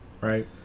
right